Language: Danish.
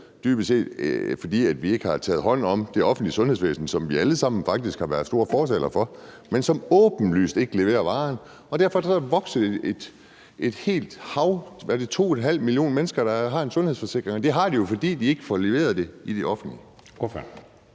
fordi vi ikke har taget hånd om det offentlige sundhedsvæsen, som vi alle sammen faktisk har været store fortalere for, men som åbenlyst ikke leverer varen, og derfor er der nu et hav af mennesker, der har en sundhedsforsikring – er det 2,5 millioner mennesker, der har en sundhedsforsikring? Det har de jo, fordi de ikke får leveret det i det offentlige.